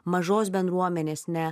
mažos bendruomenės ne